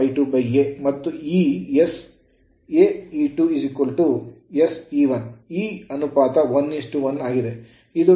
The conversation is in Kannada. ಮತ್ತು ಈ saE2 sE1 ಈ ಅನುಪಾತ 11 ಆಗಿದೆ